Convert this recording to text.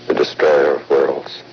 destroyer of worlds.